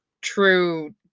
true